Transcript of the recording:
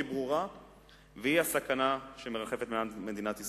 ברורה הסכנה שמרחפת מעל מדינת ישראל.